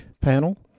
panel